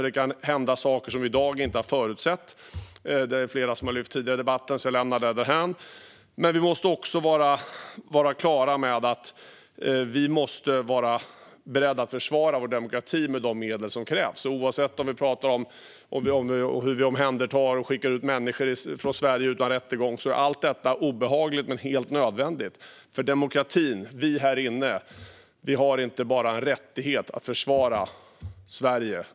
Det kan hända saker som vi inte har förutsett i dag. Flera har lyft upp det tidigare i debatten. Jag lämnar därför det därhän. Vi måste även vara på det klara med att vi måste vara beredda att försvara vår demokrati med de medel som krävs, oavsett om det gäller hur vi omhändertar människor eller skickar ut dem från Sverige utan rättegång. Allt det är obehagligt men helt nödvändigt. För demokratin, vi här inne, har inte bara en rättighet att försvara Sverige.